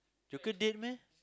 joker dead meh